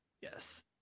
Yes